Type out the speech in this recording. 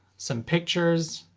some pictures.